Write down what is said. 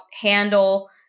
handle